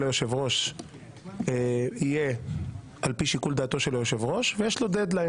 ליושב-ראש תהיה על פי שיקול דעתו של היושב-ראש ויש לו דדליין,